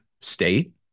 state